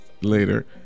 later